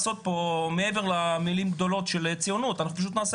מעבר למילים הגדולות של ציונות פשוט נעשה